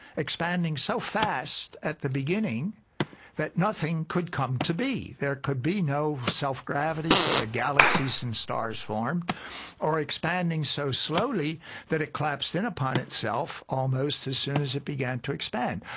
expanding so fast at the beginning that nothing could come to be, there could be no self-gravities so that galaxies and stars formed or expanding so slowly that it collapsed in upon itself almost as soon as it began to expand.